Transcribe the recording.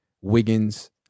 Wiggins